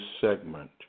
segment